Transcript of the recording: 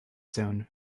zone